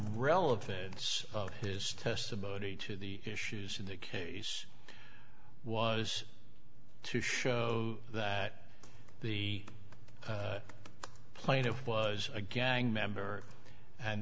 relevance of his testimony to the issues in the case was to show that the plaintiff was a gang member and